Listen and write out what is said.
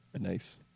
Nice